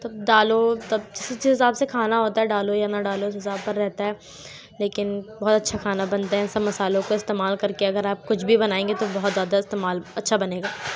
تب ڈالو تب جیسے جس حساب سے کھانا ہوتا ہے ڈالو یا نہ ڈالو اس حساب بھر رہتا ہے لیکن بہت اچھا کھانا بنتا ہے ان سب مسالوں کو استعمال کر کے اگر آپ کچھ بھی بنائیں گے تو وہ بہت زیادہ استعمال اچھا بنے گا